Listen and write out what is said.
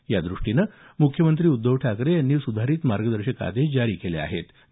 यादृष्टीनं मुख्यमंत्री उद्धव ठाकरे यांनी सुधारित मार्गदर्शक आदेश जारी केले आहत